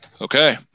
Okay